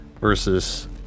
versus